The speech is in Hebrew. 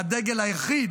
הדגל היחיד